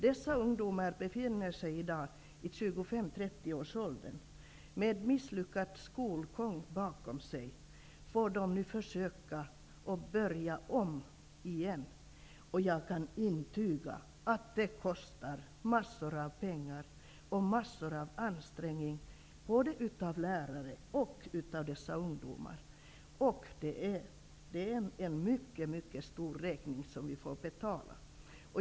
Dessa ungdomar befinner sig i dag i 25--30-årsåldern. Med misslyckad skolgång bakom sig får de nu försöka börja om igen. Och jag kan intyga att det kostar massor av pengar och stora ansträngningar både för lärare och för dessa ungdomar. Det är en mycket stor räkning som vi får betala.